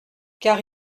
car